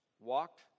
walked